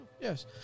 yes